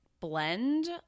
blend